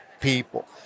people